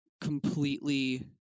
completely